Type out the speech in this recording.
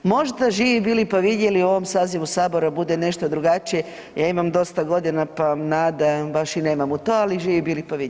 Možda živi bili pa vidjeli u ovom sazivu Sabora bude nešto drugačije, ja imam dosta goda pa nade baš i nemam u to, ali živi bili pa vidjeli.